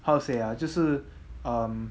how to say ah 就是 um